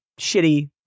shitty